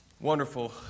Wonderful